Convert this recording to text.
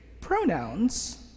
pronouns